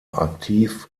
aktiv